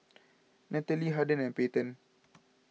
Nataly Harden and Payten